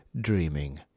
dreaming